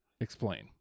Explain